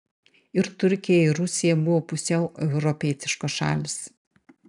ir turkija ir rusija buvo pusiau europietiškos šalys